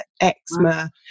eczema